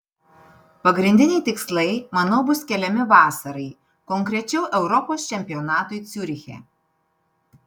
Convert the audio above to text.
pagrindiniai tikslai manau bus keliami vasarai konkrečiau europos čempionatui ciuriche